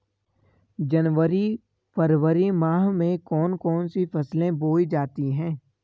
जनवरी फरवरी माह में कौन कौन सी फसलें बोई जाती हैं?